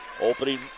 Opening